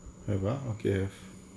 above okay